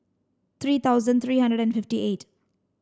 three thousand three hundred and fifty eight